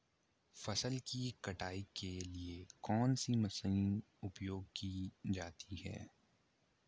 फसल की कटाई के लिए कौन सी मशीन उपयोग की जाती है?